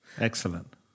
Excellent